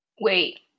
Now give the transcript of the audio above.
Wait